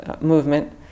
movement